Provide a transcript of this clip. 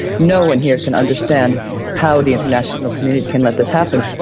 no one here can understand how the international community can let this happen.